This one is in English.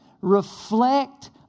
reflect